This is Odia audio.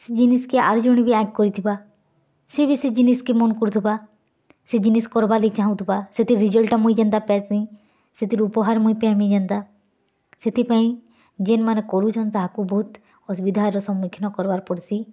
ଜିନିଷ୍ କେ ଆର୍ ଜଣେ ବି ଆଗ୍ କରିଥିବା ସେ ବି ସେ ଜିନିଷ୍ କେ ମନ୍ କରୁଥିବା ସେ ଜିନିଷ୍ କର୍ବାର୍ ଲାଗି ଚାଁହୁଥିବା ସେଥିର୍ ରେଜଲ୍ଟଟା ମୁଇଁ ଯେନ୍ତା ପାଇଁସି ସେଥିରୁ ଉପହାର ମୁଇଁ ପାଇଁମି ଯେନ୍ତା ସେଥିପାଇଁ ଯେନ୍ ମାନେ କରୁଛନ୍ ତାହାକୁ ବହୁତ ଅସୁବିଧାର ସମ୍ମୁଖୀନ କର୍ବାର୍ ପଡ଼୍ସି